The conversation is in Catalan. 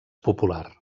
popular